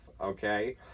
okay